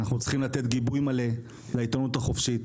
אנחנו צריכים לתת גיבוי מלא לעיתונות החופשית,